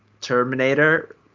Terminator